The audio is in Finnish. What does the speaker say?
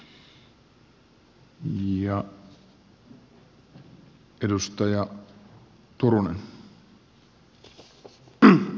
arvoisa puhemies